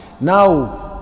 Now